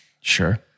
Sure